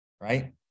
right